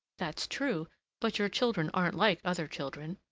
that's true but your children aren't like other children.